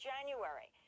January